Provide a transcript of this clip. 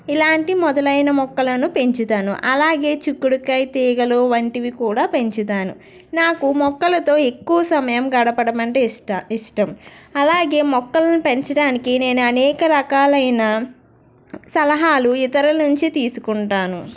ఇలాంటి మొదలైన మొక్కలను పెంచుతాను అలాగే చిక్కుడుకాయ తీగలు వంటివి కూడా పెంచుతాను నాకు మొక్కలతో ఎక్కువ సమయం గడపడం అంటే ఇష్ట ఇష్టం అలాగే మొక్కలను పెంచడానికి నేను అనేక రకాలైన సలహాలు ఇతరుల నుంచి తీసుకుంటాను